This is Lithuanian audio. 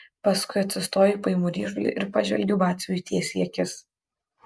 paskui atsistoju paimu ryšulį ir pažvelgiu batsiuviui tiesiai į akis